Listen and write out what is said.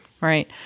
right